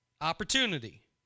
opportunity